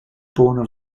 born